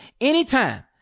anytime